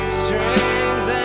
strings